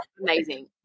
amazing